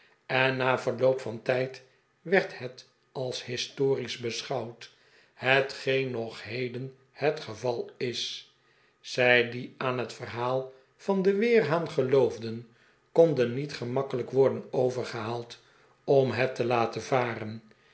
en na verloop van tijd werd het als historisch beschouwd hetgeen nog heden het gevalis zij die aan het verhaal van den weerhaan geloofden konden niet gemakkelijk worden overgehaald om het te laten varen